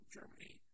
Germany